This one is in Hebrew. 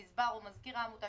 גזבר או מזכיר העמותה,